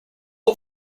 oat